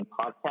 podcast